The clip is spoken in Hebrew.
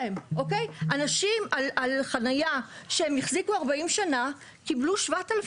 אנשים על חניה שהם החזיקו 40 שנה קיבלו 7,000